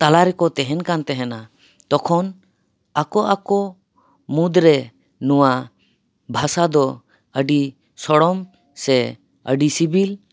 ᱛᱟᱞᱟ ᱨᱮᱠᱚ ᱛᱟᱦᱮᱱ ᱠᱟᱱ ᱛᱟᱦᱮᱱᱟ ᱛᱚᱠᱷᱚᱱ ᱟᱠᱚ ᱟᱠᱚ ᱢᱩᱫᱽᱨᱮ ᱱᱚᱣᱟ ᱵᱷᱟᱥᱟ ᱫᱚ ᱟᱹᱰᱤ ᱥᱚᱲᱚᱢ ᱥᱮ ᱟᱹᱰᱤ ᱥᱤᱵᱤᱞ